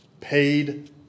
paid